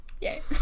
Yay